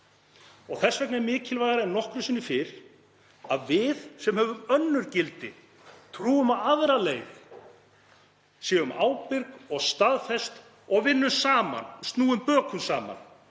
Þess vegna er mikilvægara en nokkru sinni fyrr að við sem höfum önnur gildi, trúum á aðra leið, séum ábyrg og staðföst og vinnum saman, snúum bökum saman.